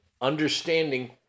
understanding